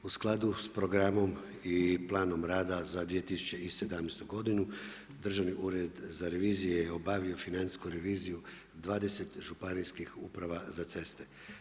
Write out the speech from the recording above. U skladu s programom i planom rada za 2017. g. Državni ured za reviziju je obavio financijsku reviziju u 20 županijskih uprava za ceste.